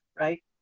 right